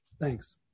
Thanks